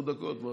עשר דקות.